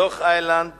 דוח-איילנד